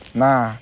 nah